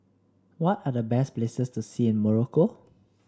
what are the best places to see in Morocco